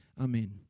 Amen